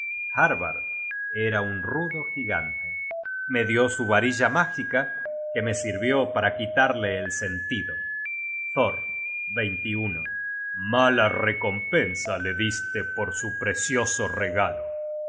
harbard era un rudo gigante me dió su varilla mágica que me sirvió para quitarle el sentido thor mala recompensa le diste por su precioso regalo y